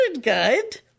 good